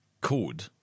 code